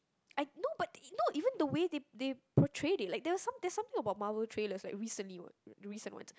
I no but no even the way they they portrayed it like there was some~ there are some there are something about Marvel trailers like recently one the recent ones